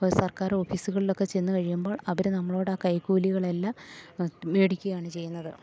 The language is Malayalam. ഇപ്പോൾ സർക്കാരോഫീസുകളിലൊക്കെ ചെന്ന് കഴിയുമ്പോൾ അവര് നമ്മളോട് ആ കൈക്കൂലികളെല്ലാം മേടിക്കുകയാണ് ചെയ്യുന്നത്